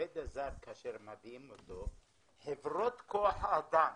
מהעובד הזר כאשר מביאים אותו, חברות כוח האדם